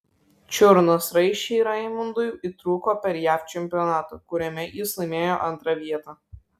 čiurnos raiščiai raimundui įtrūko per jav čempionatą kuriame jis laimėjo antrą vietą